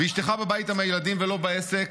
ואשתך בבית עם הילדים ולא בעסק?